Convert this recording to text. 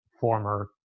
former